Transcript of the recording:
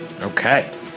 Okay